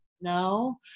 No